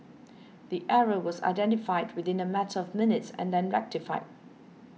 the error was identified within a matter of minutes and then rectified